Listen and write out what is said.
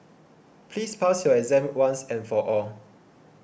please pass your exam once and for all